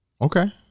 Okay